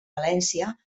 valència